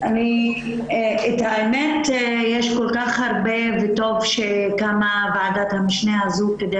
את האמת יש כל כך הרבה וטוב שקמה ועדת המשנה הזו כדי